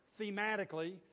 thematically